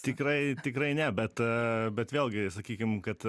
tikrai tikrai ne bet bet vėlgi sakykim kad